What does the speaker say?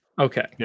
Okay